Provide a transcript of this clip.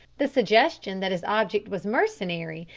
the suggestion that his object was mercenary,